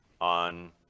on